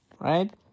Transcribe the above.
right